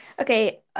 okay